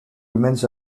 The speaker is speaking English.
remains